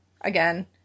again